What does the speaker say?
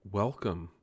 welcome